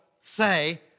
say